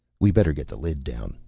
we better get the lid down,